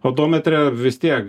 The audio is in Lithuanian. odometre vis tiek